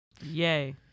yay